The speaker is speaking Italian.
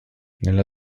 nella